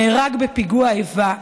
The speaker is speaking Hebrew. נהרג בפיגוע איבה,